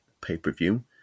pay-per-view